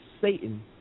Satan